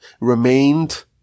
remained